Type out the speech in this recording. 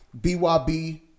BYB